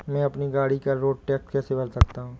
मैं अपनी गाड़ी का रोड टैक्स कैसे भर सकता हूँ?